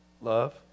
Love